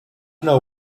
know